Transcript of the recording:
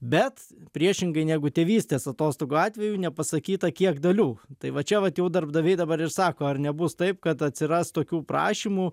bet priešingai negu tėvystės atostogų atveju nepasakyta kiek dalių tai va čia vat jau darbdaviai dabar ir sako ar nebus taip kad atsiras tokių prašymų